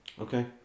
Okay